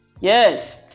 Yes